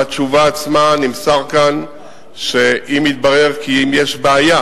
בתשובה עצמה נמסר שאם יתברר שיש בעיה